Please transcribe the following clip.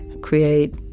create